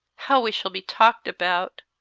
how we shall be talked about!